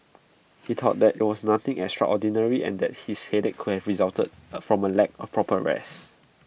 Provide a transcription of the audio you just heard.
he thought that IT was nothing extraordinary and that his headache could have resulted from A lack of proper rest